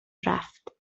رفت